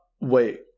wait